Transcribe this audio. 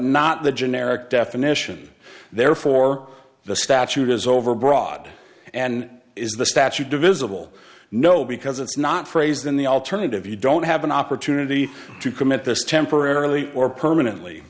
not the generic definition therefore the statute is overbroad and is the statute divisible no because it's not phrased in the alternative you don't have an opportunity to commit this temporarily or permanently